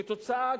כתוצאה,